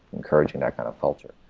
encouraging that kind of filter.